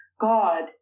God